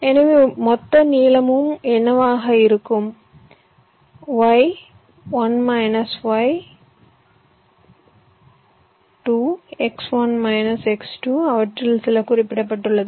எனவே மொத்த நீளம் என்னவாக இருக்கும் y 1− y 2 x 1 x 2 அவற்றில் சில குறிப்பிடப்பட்டுள்ளது